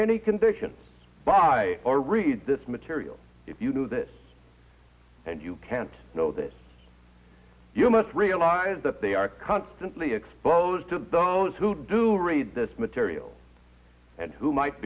any conditions buy or read this material if you knew this and you can't know this you must realize that they are constantly exposed to those who do read this material and who might